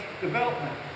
development